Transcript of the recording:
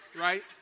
right